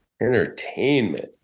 Entertainment